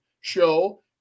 show